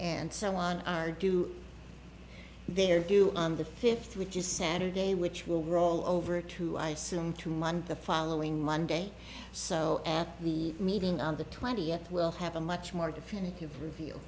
and so on are due they're doing on the fifth which is saturday which will roll over to i assume three month the following monday so at the meeting on the twentieth we'll have a much more definitive review